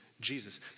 Jesus